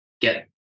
get